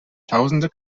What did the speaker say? tausende